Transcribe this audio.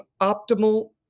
optimal